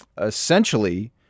Essentially